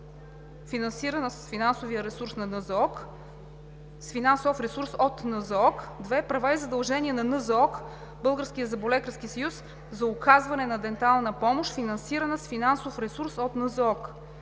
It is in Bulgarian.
финансирана с финансов ресурс от НЗОК; 2. Права и задължения на НЗОК, Българския зъболекарски съюз за оказване на дентална помощ, финансирана с финансов ресурс от НЗОК;